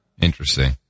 Interesting